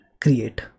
create